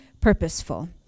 purposeful